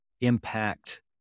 impact